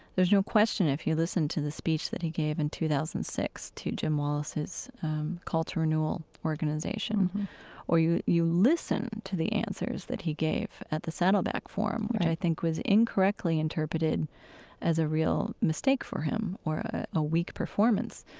there's no question if you listen to the speech that he gave in two thousand and six to jim wallis's call to renewal organization or you you listen to the answers that he gave at the saddleback forum, which i think was incorrectly interpreted as a real mistake for him or ah a weak performance.